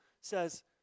says